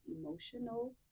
emotional